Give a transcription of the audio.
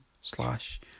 slash